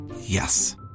Yes